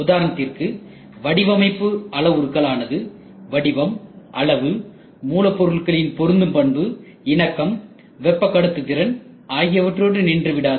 உதாரணத்திற்கு வடிவமைப்பு அளவுருக்கள் ஆனது வடிவம் அளவு மூலப்பொருட்களின் பொருந்தும் பண்பு இணக்கம் வெப்ப கடத்து திறன் ஆகியவற்றோடு நின்றுவிடாது